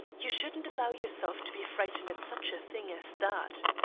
you shouldn't allow yourself to be frightened at such a thing as that.